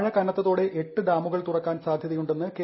മഴ കനത്തോടെ എട്ട് ഡാമുകൾ തുറക്കാൻ സാധ്യതയുണ്ടെന്ന് കെ